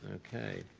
okay.